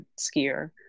skier